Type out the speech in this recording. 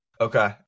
okay